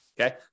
okay